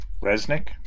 Resnick